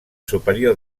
superior